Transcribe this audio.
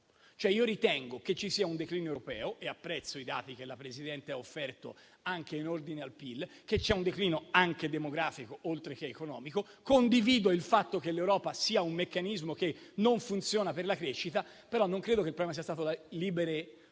Ritengo che ci sia un declino europeo e apprezzo i dati che la Presidente ha offerto, anche in ordine al PIL, penso che ci sia un declino anche demografico, oltre che economico, e condivido il fatto che l'Europa sia un meccanismo che non funziona per la crescita; però non credo che il problema sia stato il libero